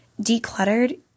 decluttered